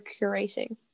curating